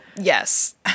Yes